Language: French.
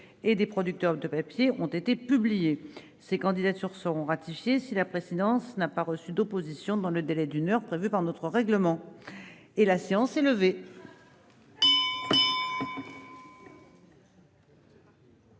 et des producteurs de papier ont été publiées. Ces candidatures seront ratifiées si la présidence n'a pas reçu d'opposition dans le délai d'une heure prévu par notre règlement. Personne ne